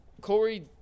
Corey